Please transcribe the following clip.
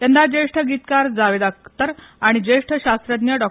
यंदा ज्येष्ठ गीतकार जावेद अख्तर आणि ज्येष्ठ शास्त्रज्ञ डॉ